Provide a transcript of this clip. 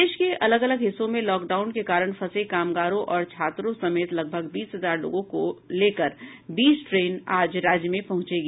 देश के अलग अलग हिस्सों में लॉक डाउन के कारण फंसे कामगारों और छात्रों समेत लगभग बीस हजार लोगों को लेकर बीस ट्रेन आज राज्य में पहुंचेंगी